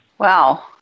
Wow